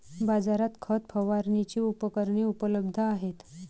बाजारात खत फवारणीची उपकरणे उपलब्ध आहेत